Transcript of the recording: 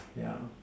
yeah